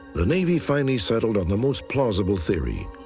the navy finally settled on the most plausible theory.